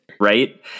Right